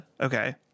Okay